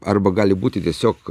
arba gali būti tiesiog